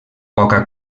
poca